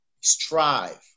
strive